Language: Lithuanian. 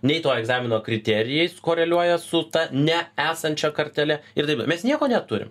nei to egzamino kriterijais koreliuoja su ta neesančia kartele ir taip mes nieko neturim